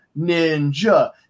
ninja